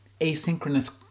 asynchronous